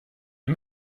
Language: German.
wir